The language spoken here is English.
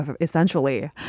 essentially